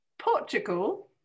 portugal